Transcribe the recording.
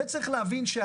אנחנו צריכים להוריד את